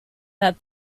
that